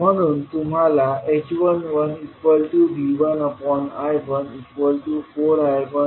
म्हणून तुम्हाला h11V1I14I1I14 मिळेल